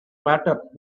matter